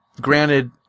granted